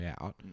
out